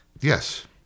Yes